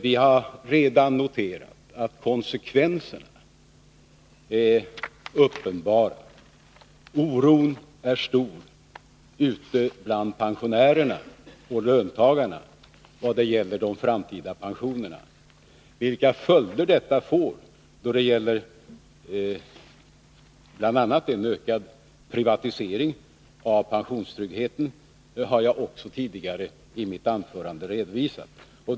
Jag har redan noterat att konsekvenserna är uppenbara. Oron är stor ute bland pensionärerna och löntagarna när det gäller de framtida pensionerna. Vilka följder detta får då det gäller bl.a. en ökad privatisering av pensionstryggheten har jag också redovisat tidigare.